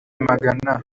magana